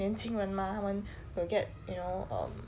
年轻人 mah 他们 will get you know um